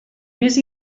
més